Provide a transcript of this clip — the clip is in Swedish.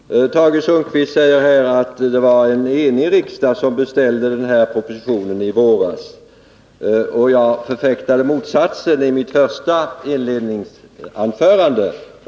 Fru talman! Tage Sundkvist säger här att det var en enig riksdag som beställde propositionen i våras, och jag förfäktade motsatsen i mitt första anförande.